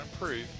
improve